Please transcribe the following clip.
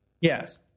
Yes